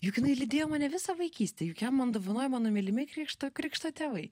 juk jinai lydėjo mane visą vaikystę juk ją man dovanojo mano mylimi krikšto krikšto tėvai